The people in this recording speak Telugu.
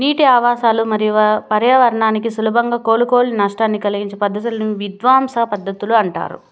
నీటి ఆవాసాలు మరియు పర్యావరణానికి సులభంగా కోలుకోలేని నష్టాన్ని కలిగించే పద్ధతులను విధ్వంసక పద్ధతులు అంటారు